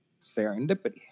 serendipity